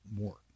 more